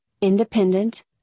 independent